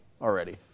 already